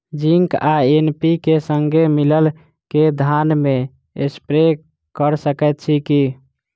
Zinc आ NPK, संगे मिलल कऽ धान मे स्प्रे कऽ सकैत छी की?